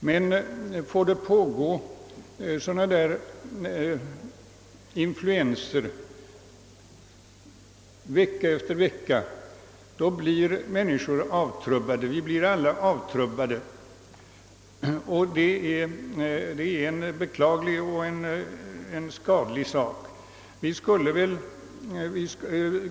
Men om sådana inflytelser får pågå vecka efter vecka blir människor avtrubbade. Detta är ett beklagligt faktum.